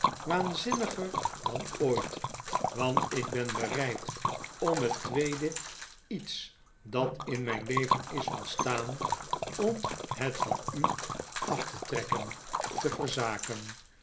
waanzinniger dan ooit want ik ben bereid om het tweede iets dat in myn leven is ontstaan om het van u af te trekken te verzaken